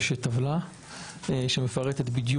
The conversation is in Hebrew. יש טבלה שמפרטת בדיוק.